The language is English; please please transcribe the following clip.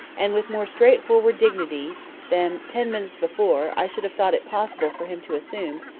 and with more straightforward dignity than, ten minutes before, i should have thought it possible for him to assume,